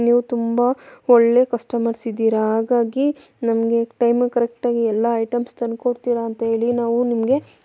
ನೀವು ತುಂಬ ಒಳ್ಳೆ ಕಸ್ಟಮರ್ಸ್ ಇದ್ದೀರ ಹಾಗಾಗಿ ನಮಗೆ ಟೈಮಿಗ್ ಕರೆಕ್ಟಾಗಿ ಎಲ್ಲ ಐಟಮ್ಸ ತಂದ್ಕೊಡ್ತೀರಾ ಅಂಥೇಳಿ ನಾವು ನಿಮಗೆ